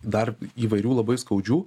dar įvairių labai skaudžių